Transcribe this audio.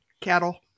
Cattle